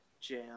jam